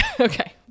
Okay